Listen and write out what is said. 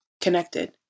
connected